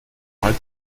mal